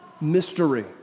mystery